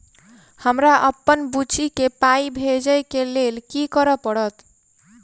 हमरा अप्पन बुची केँ पाई भेजइ केँ लेल की करऽ पड़त?